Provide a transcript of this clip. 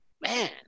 man